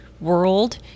world